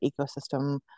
ecosystem